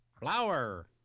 flower